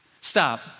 Stop